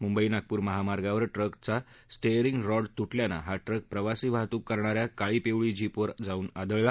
मुंबई नागपूर महामार्गावर ट्रकचा steering rod तुटल्यानं हा ट्रक प्रवासी वाहतूक करणाऱ्या काळी पिवळी जीपवर जाऊन आदळला